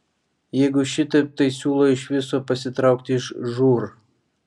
jeigu šitaip tai siūlau iš viso pasitraukti iš žūr